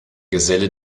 geselle